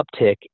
uptick